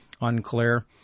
unclear